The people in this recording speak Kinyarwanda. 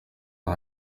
nka